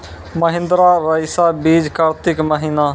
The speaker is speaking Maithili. महिंद्रा रईसा बीज कार्तिक महीना?